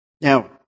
Now